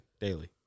daily